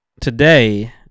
today